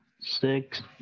six